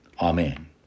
Amen